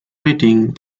rating